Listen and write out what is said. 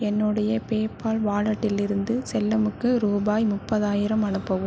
என்னுடைய பேபால் வாலட்டிலிருந்து செல்லமுக்கு ரூபாய் முப்பதாயிரம் அனுப்பவும்